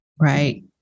right